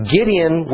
Gideon